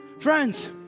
Friends